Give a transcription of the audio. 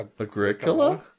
Agricola